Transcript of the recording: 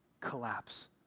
collapse